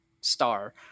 star